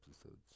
episodes